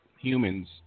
humans